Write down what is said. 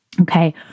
okay